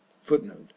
Footnote